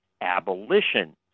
Abolition